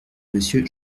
monsieur